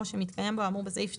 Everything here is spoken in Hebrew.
או שמתקיים בו האמור בסעיף 2(ג)(3)